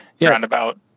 roundabout